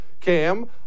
Cam